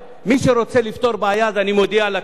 מודיע לפרוטוקול ומודיע לציבור הרחב: